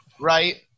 right